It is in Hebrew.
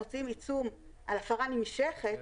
מוציאים עיצום על הפרה נמשכת,